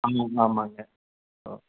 ஆமாங்க ஆமாங்க ஆ